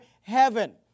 heaven